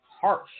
harsh